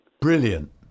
Brilliant